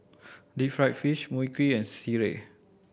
deep fried fish Mui Kee and sireh